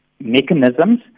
mechanisms